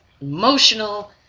emotional